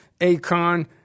Akon